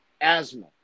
asthma